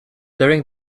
during